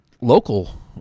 Local